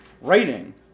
writing